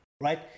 right